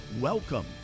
Welcome